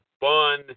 fun